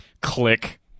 click